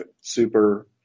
super